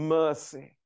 mercy